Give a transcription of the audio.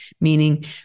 meaning